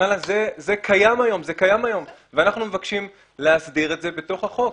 זה קיים היום, ואנחנו מבקשים להסדיר את זה בחוק.